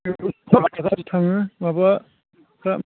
माबाफ्रा